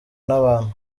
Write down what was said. n’abantu